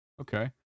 Okay